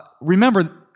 Remember